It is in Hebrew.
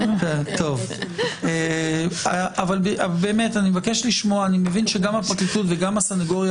אני מבין שגם הפרקליטות וגם הסנגוריה